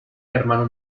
hermano